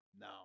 No